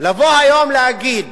לבוא היום ולהגיד